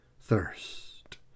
thirst